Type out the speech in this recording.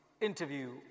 interview